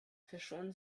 verschonen